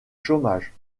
chômage